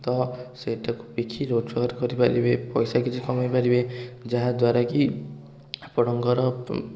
ତ ସେଇଟାକୁ ବିକି ରୋଜଗାର କରିପାରିବେ ପଇସା ବି କିଛି କମେଇ ପାରିବେ ଯାହାଦ୍ଵାରା କି ଆପଣଙ୍କର